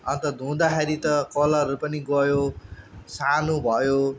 अन्त धुँदाखेरि त कलरहरू पनि गयो सानो भयो